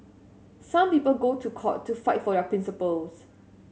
some people go to court to fight for the principles